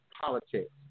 politics